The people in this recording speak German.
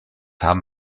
haben